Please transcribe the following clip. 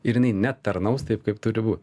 ir jinai netarnaus taip kaip turi būt